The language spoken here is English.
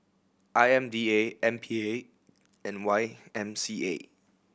I M D A M P A and Y M C A